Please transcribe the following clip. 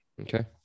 Okay